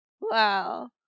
Wow